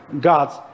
God's